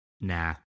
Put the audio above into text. nah